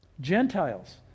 Gentiles